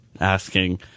asking